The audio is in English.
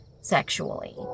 sexually